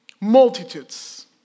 Multitudes